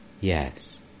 Yes